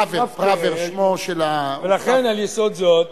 פראוור, שמו של, לכן, על יסוד זאת